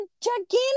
gigantic